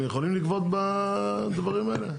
הם יכולים לגבות בדברים האלה?